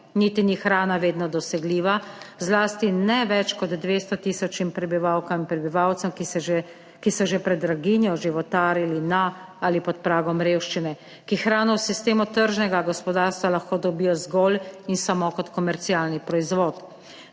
niti ni hrana vedno dosegljiva, zlasti ne več kot 200 tisočim prebivalkam in prebivalcem, ki so že pred draginjo životarili na ali pod pragom revščine, ki hrano v sistemu tržnega gospodarstva lahko dobijo zgolj in samo kot komercialni proizvod.